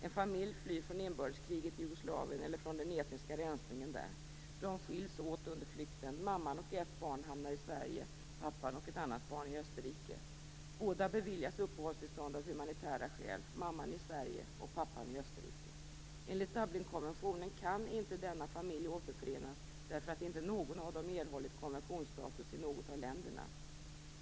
En familj flyr från inbördeskriget i Jugoslavien eller från den etniska rensningen där. Man skiljs åt under flykten. Mamman och ett barn hamnar i Sverige, pappan och ett annat barn i Österrike. Båda beviljas uppehållstillstånd av humanitära skäl, mamman i Sverige och pappan i Österrike. Enligt Dublinkonventionen kan inte denna familj återförenas, därför att inte någon av dem erhållit konventionsstatus i något av länderna.